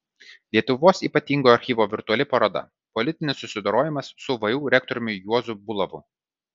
lietuvos ypatingojo archyvo virtuali paroda politinis susidorojimas su vu rektoriumi juozu bulavu